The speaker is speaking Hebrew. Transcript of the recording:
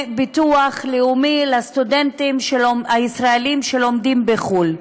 ביטוח לאומי לסטודנטים הישראלים שלומדים בחו"ל.